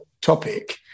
topic